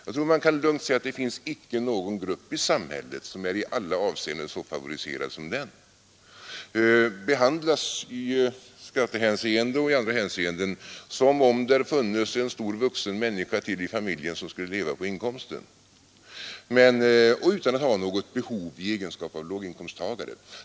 Man kan nog lugnt säga att det icke finns någon grupp i samhället som är i alla avseenden så favoriserad som de. De behandlas i skattehänseende och andra hänseenden som om där funnes en stor, vuxen människa till i familjen som skulle leva på inkomsten — utan att de har något behov av det i egenskap av låginkomsttagare.